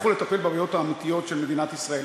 לכו לטפל בבעיות האמיתיות של מדינת ישראל.